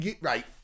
right